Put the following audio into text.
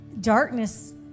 darkness